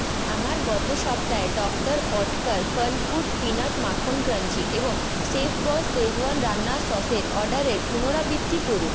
আমার গত সপ্তাহের ডক্টর ওটকার ফানফুড্স পিনাট মাখন ক্রাঞ্চি এবং শেফবস শেজওয়ান রান্নার সসের অর্ডারের পুনরাবৃত্তি করুন